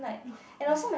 not fresh